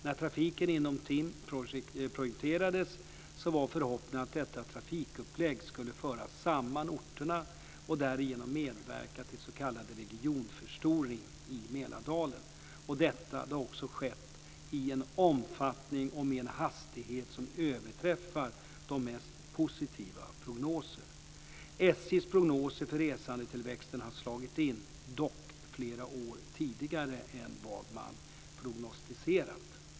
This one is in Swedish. När trafiken inom TIM projekterades var förhoppningen att detta trafikupplägg skulle föra samman orterna och därigenom medverka till s.k. regionförstoring i Mälardalen. Detta har också skett, i en omfattning och med en hastighet som överträffat de mest positiva prognoser. SJ:s prognoser för resandetillväxten har slagit in - dock flera år tidigare än vad man prognostiserat.